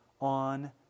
on